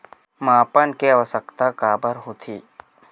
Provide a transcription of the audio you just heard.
मापन के आवश्कता काबर होथे?